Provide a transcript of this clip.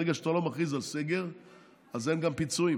ברגע שאתה לא מכריז על סגר אז אין גם פיצויים.